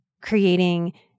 creating